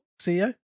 CEO